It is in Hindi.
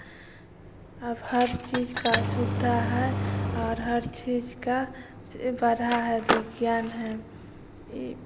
अब हर चीज़ का सुविधा है और हर चीज़ का च बढ़ा है विज्ञान हैं यह